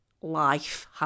life